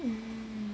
mm